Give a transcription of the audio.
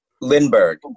Lindbergh